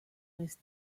his